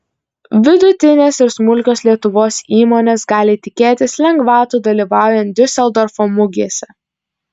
vidutinės ir smulkios lietuvos įmonės gali tikėtis lengvatų dalyvaujant diuseldorfo mugėse